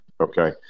okay